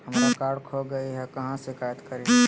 हमरा कार्ड खो गई है, कहाँ शिकायत करी?